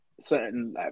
certain